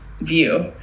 view